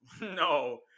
No